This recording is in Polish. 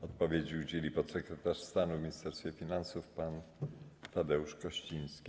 Odpowiedzi udzieli podsekretarz stanu w Ministerstwie Finansów pan Tadeusz Kościński.